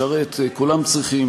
לשרת כולם צריכים.